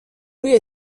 روی